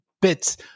bits